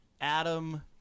Adam